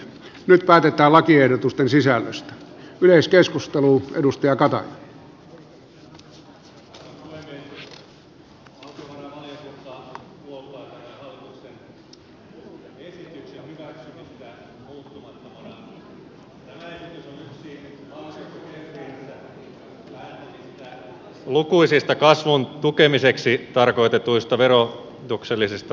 tämä esitys on yksi hallituksen kehysriihessä päättämistä lukuisista kasvun tukemiseksi tarkoitetuista verotuksellisista toimenpiteistä